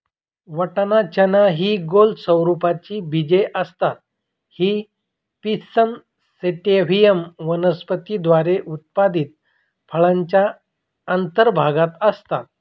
वाटाणा, चना हि गोल स्वरूपाची बीजे असतात ही पिसम सॅटिव्हम वनस्पती द्वारा उत्पादित फळाच्या अंतर्भागात असतात